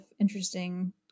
interesting